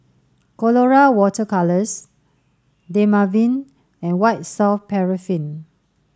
Colora water colours Dermaveen and White soft paraffin